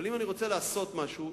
אבל אם אני רוצה לעשות משהו,